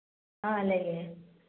ꯑꯥ ꯂꯩꯌꯦ